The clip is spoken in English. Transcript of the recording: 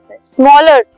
smaller